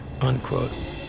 unquote